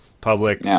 Public